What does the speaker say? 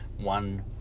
One